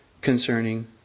concerning